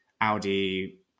Audi